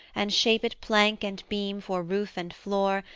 and shape it plank and beam for roof and floor,